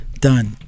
Done